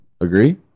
Agree